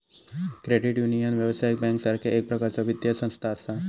credit union, व्यावसायिक बँकेसारखा एक प्रकारचा वित्तीय संस्था असा